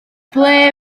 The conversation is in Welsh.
ble